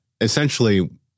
essentially